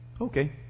Okay